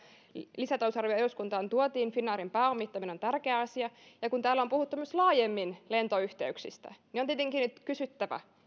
lisätalousarvio eduskuntaan tuotiin finnairin pääomittaminen on tärkeä asia ja kun täällä on puhuttu myös laajemmin lentoyhteyksistä niin on tietenkin nyt kysyttävä että